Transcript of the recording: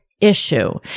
Issue